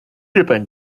日本